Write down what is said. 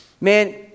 man